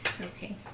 Okay